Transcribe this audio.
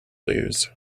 lose